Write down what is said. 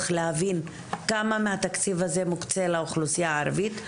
להבין כמה מהתקציב הזה מוקצה לאוכלוסייה הערבית,